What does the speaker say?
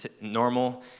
normal